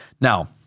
Now